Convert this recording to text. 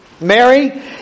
Mary